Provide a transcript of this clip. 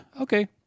okay